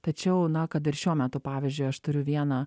tačiau na kad ir šiuo metu pavyzdžiui aš turiu vieną